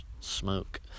smoke